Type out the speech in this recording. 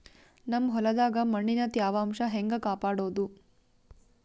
ನಮ್ ಹೊಲದಾಗ ಮಣ್ಣಿನ ತ್ಯಾವಾಂಶ ಹೆಂಗ ಕಾಪಾಡೋದು?